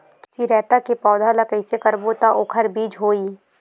चिरैता के पौधा ल कइसे करबो त ओखर बीज होई?